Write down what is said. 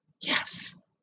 Yes